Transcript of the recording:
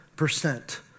percent